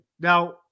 Now